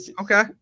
Okay